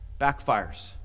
backfires